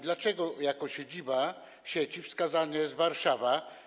Dlaczego jako siedziba sieci wskazana jest Warszawa?